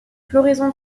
floraison